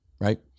right